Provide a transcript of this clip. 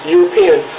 European